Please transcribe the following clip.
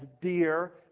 dear